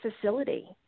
facility